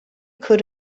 could